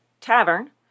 tavern